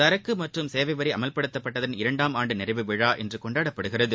சரக்கு மற்றும் சேவை வரி அமல்படுத்தப்பட்டதன் இரண்டாம் ஆண்டு நிறைவு விழா இன்று கொண்டாடப்படுகிறது